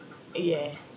yes